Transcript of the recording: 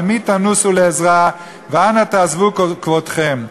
על מי תנוסו לעזרה ואנה תעזבו כבודכם".